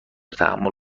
تحمل